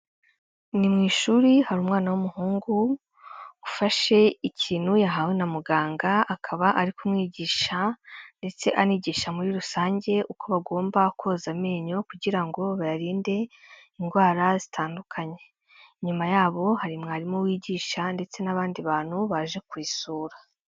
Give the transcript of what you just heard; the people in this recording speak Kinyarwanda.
Ni mu ishuri, hari umwana w'umuhungu ufashe ikintu yahawe na muganga, akaba ari kumwigisha ndetse anigisha muri rusange, uko bagomba koza amenyo kugira ngo bayarinde indwara zitandukanye, inyuma yabo hari mwarimu wigisha ndetse n'abandi bantu baje kuyisura.